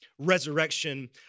Resurrection